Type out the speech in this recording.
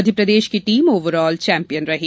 मध्यप्रदेश की team overall champion रही